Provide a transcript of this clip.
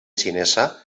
xinesa